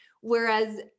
Whereas